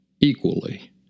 equally